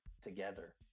together